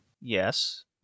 Yes